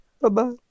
Bye-bye